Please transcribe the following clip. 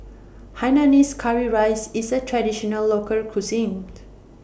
Hainanese Curry Rice IS A Traditional Local Cuisine